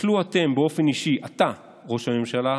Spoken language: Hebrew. טלו אתם ובאופן אישי אתה ראש הממשלה,